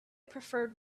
preferred